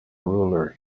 ruler